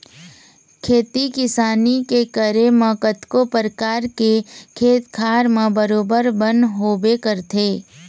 खेती किसानी के करे म कतको परकार के खेत खार म बरोबर बन होबे करथे